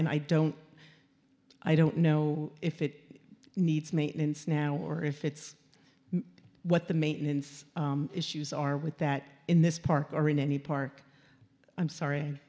and i don't i don't know if it needs maintenance now or if it's what the maintenance issues are with that in this park or in any park i'm sorry